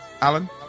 Alan